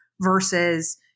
versus